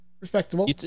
Respectable